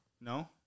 no